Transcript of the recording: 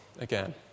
again